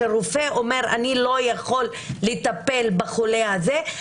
שרופא אומר שהוא לא יכול לטפל בחולה הזה,